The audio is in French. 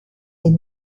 est